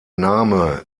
name